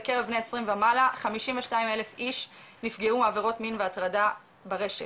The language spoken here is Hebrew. בקרב בני 20 ומעלה 52,000 איש נפגעו עבירות מין והטרדה ברשת,